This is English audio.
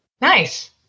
Nice